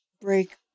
break